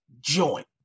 joint